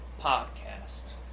podcast